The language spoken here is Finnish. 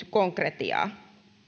konkretiaa